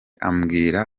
ambwira